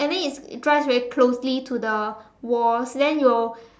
and then it drives very closely to the walls then you'll